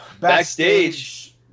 backstage